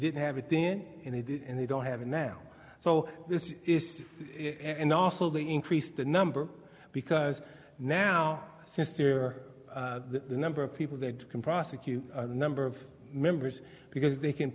didn't have it in it and they don't have it now so this is and also they increased the number because now sister the number of people that can prosecute a number of members because they can